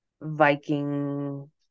Viking